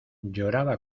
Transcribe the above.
lloraba